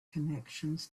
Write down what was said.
connections